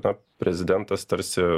na prezidentas tarsi